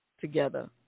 together